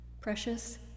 precious